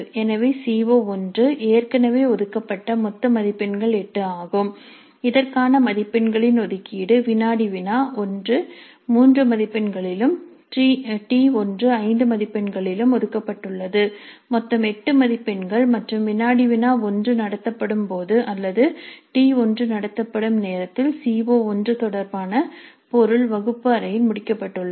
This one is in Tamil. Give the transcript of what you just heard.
எனவே சி ஓ1 ஏற்கனவே ஒதுக்கப்பட்ட மொத்த மதிப்பெண்கள் 8 ஆகும் இதற்கான மதிப்பெண்களின் ஒதுக்கீடு வினாடி வினா 1 3 மதிப்பெண்களிலும் T1 5 மதிப்பெண்களிலும் ஒதுக்கப்பட்டுள்ளது மொத்தம் 8 மதிப்பெண்கள் மற்றும் வினாடி வினா 1 நடத்தப்படும் போது அல்லது T1 நடத்தப்படும் நேரத்தில் சி ஓ1 தொடர்பான பொருள் வகுப்பு அறையில் முடிக்கப்பட்டுள்ளது